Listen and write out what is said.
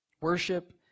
Worship